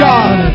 God